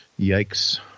Yikes